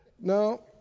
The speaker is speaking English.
No